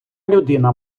людина